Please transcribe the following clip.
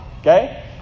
Okay